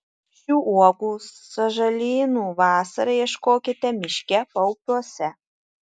šių uogų sąžalynų vasarą ieškokite miške paupiuose